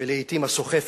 ולעתים הסוחפת.